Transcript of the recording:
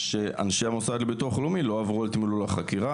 שאנשי מוסד לביטוח לאומי לא עברו על תמלול החקירה